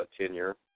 tenure